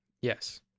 Yes